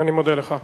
אני מודה לך.